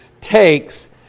takes